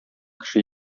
кеше